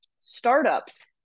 startups